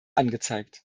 angezeigt